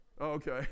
Okay